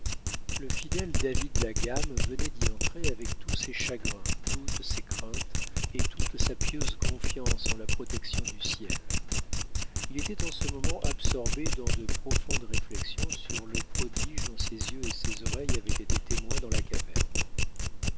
le fidèle david la gamme venait d'y entrer avec tous ses chagrins toutes ses craintes et toute sa pieuse confiance en la protection du ciel il était en ce moment absorbé dans de profondes réflexions sur le prodige dont ses yeux et ses oreilles avaient été témoins dans la caverne